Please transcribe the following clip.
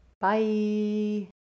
Bye